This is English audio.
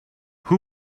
who